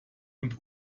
und